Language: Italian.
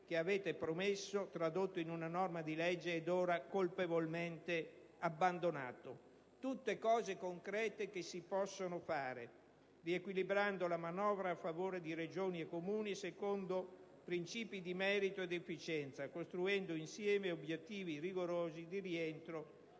che avete promesso, tradotto in una norma di legge ed ora colpevolmente abbandonato. Tutte cose concrete che si possono fare, riequilibrando la manovra a favore di Regioni e Comuni, secondo principi di merito e di efficienza, costruendo insieme obiettivi rigorosi di rientro